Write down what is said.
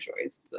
choice